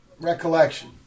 recollection